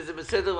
זה בסדר גמור,